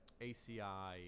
ACI